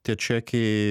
tie čekiai